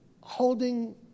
holding